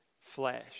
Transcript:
flesh